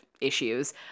issues